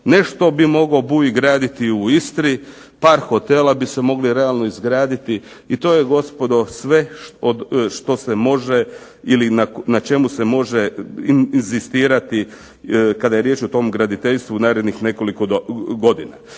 Nešto bi mogao Bui graditi u Istri, par hotela bi se mogli realno izgraditi. I to je gospodo sve što se može ili na čemu se može inzistirati kada je riječ o tom graditeljstvu u narednih nekoliko godina.